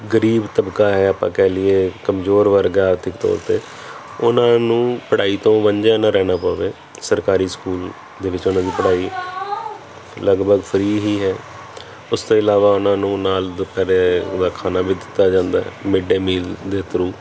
ਗਰੀਬ ਤਬਕਾ ਹੈ ਆਪਾਂ ਕਹਿ ਲਈਏ ਕਮਜ਼ੋਰ ਵਰਗ ਆ ਆਰਥਿਕ ਤੌਰ 'ਤੇ ਉਹਨਾਂ ਨੂੰ ਪੜ੍ਹਾਈ ਤੋਂ ਵਾਂਝਾ ਨਾ ਰਹਿਣਾ ਪਵੇ ਸਰਕਾਰੀ ਸਕੂਲ ਦੇ ਵਿੱਚ ਉਹਨਾਂ ਦੀ ਪੜ੍ਹਾਈ ਲਗਭਗ ਫਰੀ ਹੀ ਹੈ ਉਸ ਤੋਂ ਇਲਾਵਾ ਉਹਨਾਂ ਨੂੰ ਨਾਲ ਦਿੱਤ ਰਿਹਾ ਉਹਦਾ ਖਾਣਾ ਵੀ ਦਿੱਤਾ ਜਾਂਦਾ ਹੈ ਮਿਡ ਡੇ ਮੀਲ ਦੇ ਥਰੂ